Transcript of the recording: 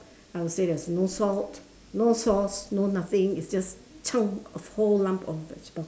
I will say there's no salt no sauce no nothing it's just chunk a whole lump of vegetables